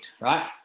right